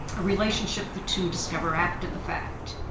a relationship the two discover after the fact.